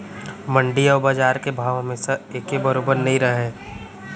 मंडी अउ बजार के भाव हमेसा एके बरोबर नइ रहय